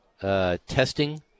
testing